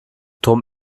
drum